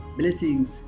blessings